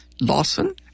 Lawson